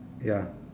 ya